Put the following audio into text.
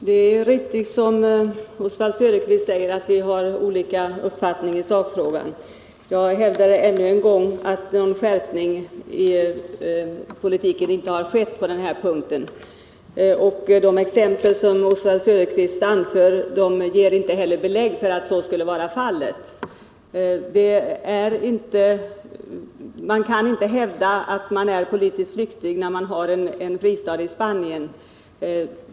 Herr talman! Det är riktigt som Oswald Söderqvist säger att vi i sakfrågan har olika uppfattningar. Jag hävdar ännu en gång att en skärpning i politiken inte har skett på denna punkt. De exempel Oswald Söderqvist anför ger heller inte belägg för att så skulle vara fallet. Man kan inte hävda att man är politisk flykting när man har en fristad i Spanien.